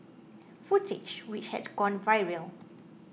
footage which had gone viral